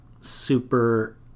super